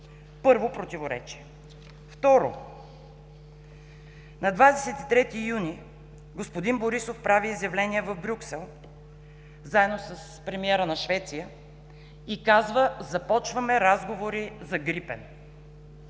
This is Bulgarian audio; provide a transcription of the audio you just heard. Първо противоречие. Второ, на 23 юни господин Борисов прави изявление в Брюксел заедно с премиера на Швеция и казва: „Започваме разговори за „Грипен“.“